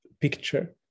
picture